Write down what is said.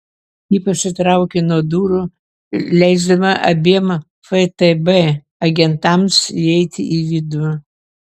ji pasitraukė nuo durų leisdama abiem ftb agentams įeiti į vidų